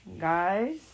guys